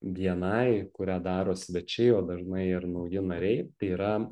bni kurią daro svečiai o dažnai ir nauji nariai tai yra